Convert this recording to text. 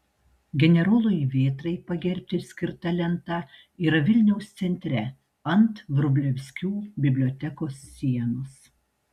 generolui vėtrai pagerbti skirta lenta yra vilniaus centre ant vrublevskių bibliotekos sienos